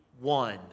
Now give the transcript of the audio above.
one